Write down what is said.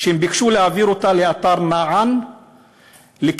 וביקשו להעביר אותה לאתר נען לכיסוי.